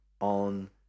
on